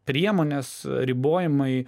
priemonės ribojimai